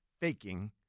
faking